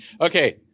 Okay